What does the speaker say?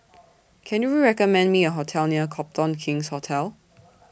Can YOU recommend Me A Restaurant near Copthorne King's Hotel